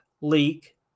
leak